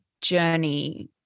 journey